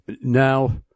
now